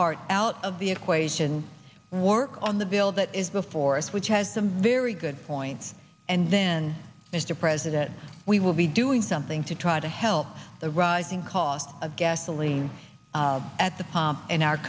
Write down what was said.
part out of the equation work on the bill that is before us which has some very good points and then mr president we will be doing something to try to help the rising cost of gasoline at the pump in our